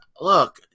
look